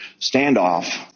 standoff